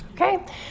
okay